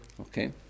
Okay